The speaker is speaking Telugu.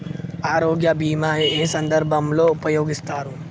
ఆరోగ్య బీమా ఏ ఏ సందర్భంలో ఉపయోగిస్తారు?